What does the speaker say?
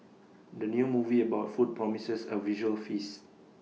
the new movie about food promises A visual feast